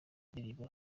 ndirimbo